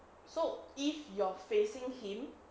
so if you're facing him